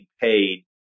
paid